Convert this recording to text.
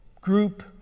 group